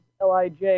LIJ